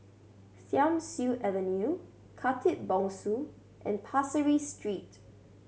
Thiam Siew Avenue Khatib Bongsu and Pasir Ris Street